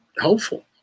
helpful